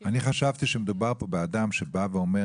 אני חשבתי שמדובר כאן באדם שבא ואומר